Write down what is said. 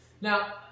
Now